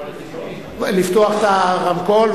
לפתוח את הרמקול.